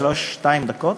נשארו עוד שתיים-שלוש דקות.